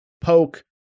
poke